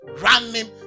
running